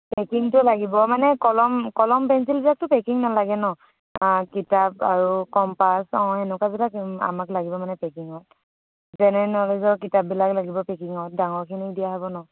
পেকিংটো লাগিব মানে কলম কলম পেঞ্চিলবিলাকতো পেকিং নালাগে ন কিতাপ আৰু কম্পাছ অঁ এনেকুৱাবিলাক আমাক লাগিব মানে পেকিঙত জেনেৰেল ন'লেজৰ কিতাপবিলাক লাগিব পেকিঙত ডাঙৰখিনিক দিয়া হ'ব ন